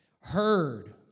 heard